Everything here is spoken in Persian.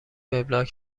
وبلاگ